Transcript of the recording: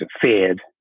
feared